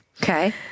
Okay